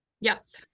yes